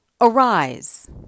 Arise